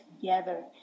together